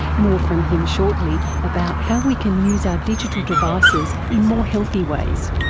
more from him shortly about how we can use our digital devices in more healthy ways.